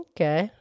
Okay